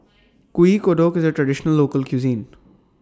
Kuih Kodok IS A Traditional Local Cuisine